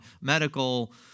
medical